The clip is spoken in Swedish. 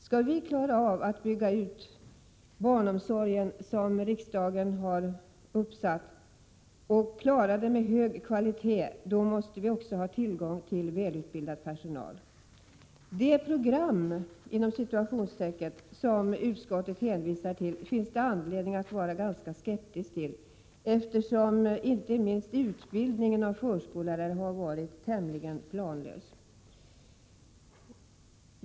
Skall vi klara av utbyggnadsmålet som riksdagen har uppsatt, måste vi ha tillgång till välutbildad personal om en hög kvalitet skall kunna upprätthållas. Det ”program” som utskottet hänvisar till finns det anledning att vara skeptisk till, eftersom inte minst utbildningen av förskollärare har varit tämligen planlös.